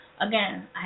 Again